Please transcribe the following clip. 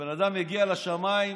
שבן אדם הגיע לשמיים,